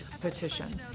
petition